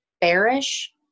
bearish